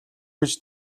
гэж